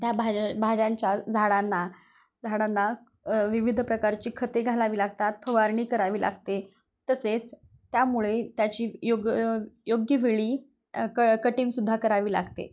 त्या भाज्या भाज्यांच्या झाडांना झाडांना विविध प्रकारची खते घालावी लागतात फवारणी करावी लागते तसेच त्यामुळे त्याची योग योग्यवेळी क कटीनसुद्धा करावी लागते